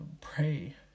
Pray